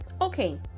Okay